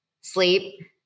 sleep